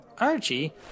Archie